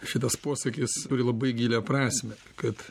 šitas posakis turi labai gilią prasmę kad